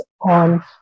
on